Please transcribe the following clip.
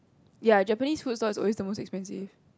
ya Japanese food stall is always the most expensive